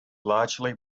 largely